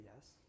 yes